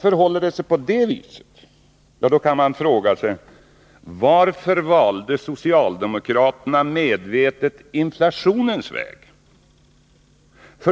Förhåller det sig på det viset kan man fråga sig: Varför valde socialdemokraterna medvetet inflationens väg?